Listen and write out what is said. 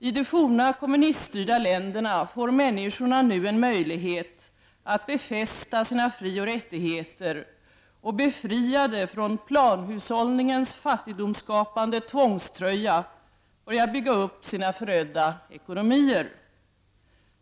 I de forna kommuniststyrda länderna får människorna nu en möjlighet att befästa sina frioch rättigheter och befriade från planhushållningens fattigdomsskapande tvångströja börja bygga upp sina förödda ekonomier.